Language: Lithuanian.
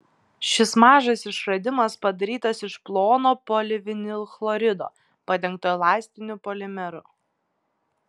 šis mažas išradimas padarytas iš plono polivinilchlorido padengto elastiniu polimeru